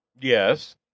yes